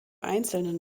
einzelnen